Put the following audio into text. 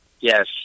Yes